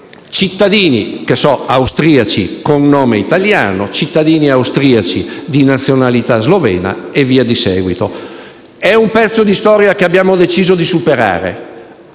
cittadini austriaci con nome italiano, cittadini austriaci di nazionalità slovena, e via di seguito. È un pezzo di storia che abbiamo deciso di superare,